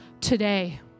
today